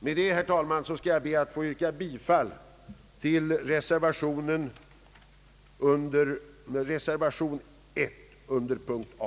Med detta, herr talman, ber jag att få yrka bifall till reservationen 1 vid punkt A.